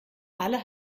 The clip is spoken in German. alle